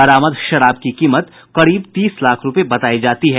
बरामद शराब की कीमत करीब तीस लाख रुपये बतायी जाती है